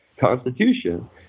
Constitution